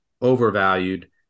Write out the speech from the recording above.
overvalued